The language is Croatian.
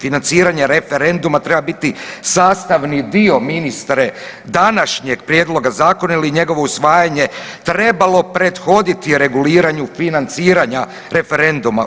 Financiranje referenduma treba biti sastavi dio ministre današnjeg prijedloga zakona jer je njegovo usvajanje trebalo prethoditi reguliranju financiranja referenduma.